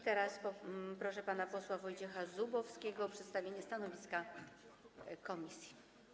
Teraz proszę pana posła Wojciecha Zubowskiego o przedstawienie stanowiska komisji.